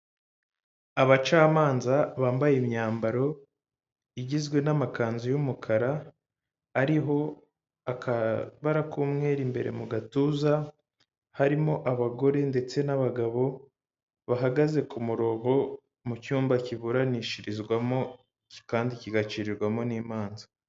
Abacamanza bambaye imyambaro igizwe n'amakanzu y'umukara, ariho akabara k'umwe imbere mu gatuza, harimo abagore ndetse n'abagabo bahagaze ku muronko, mu cyumba kiburanishirizwamo kandi kigacirirwamo n'imanza.